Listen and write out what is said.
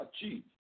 achieve